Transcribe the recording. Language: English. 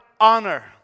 honor